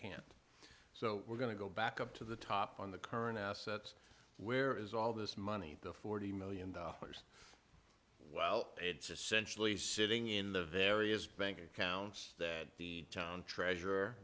can't so we're going to go back up to the top on the current assets where is all this money the forty million dollars well it's essentially sitting in the various bank accounts that the town treasure